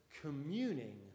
communing